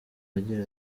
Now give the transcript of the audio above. agira